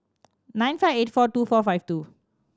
nine five eight four two four five two